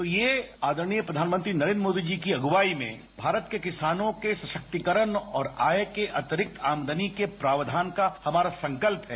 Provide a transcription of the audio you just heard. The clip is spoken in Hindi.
तो ये आदरणीय प्रधानमंत्री नरेन्द्र मोदी जी की अगुवाई में भारत के किसानों के सशक्तिकरण और आय के अतिरिक्त आमदनी के प्रावधान का हमारा संकल्प है